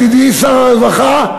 ידידי שר הרווחה,